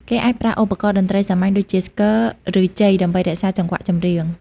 គេអាចប្រើឧបករណ៍តន្រ្តីសាមញ្ញដូចជា ស្គរ ឬ ជ័យ ដើម្បីរក្សាចង្វាក់ចម្រៀង។